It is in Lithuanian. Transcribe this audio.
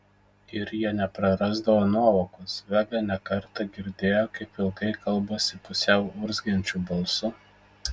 ir jie neprarasdavo nuovokos vega ne kartą girdėjo kaip vilkai kalbasi pusiau urzgiančiu balsu